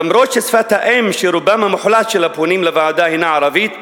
למרות ששפת האם של רובם המוחלט של הפונים לוועדה הינה ערבית,